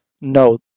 No